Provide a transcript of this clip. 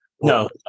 no